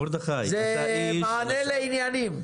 זה מענה לעניינים.